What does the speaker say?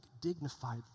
dignified